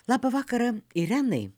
labą vakarą irenai